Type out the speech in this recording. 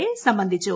A സംബന്ധിച്ചു